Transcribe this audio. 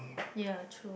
ya true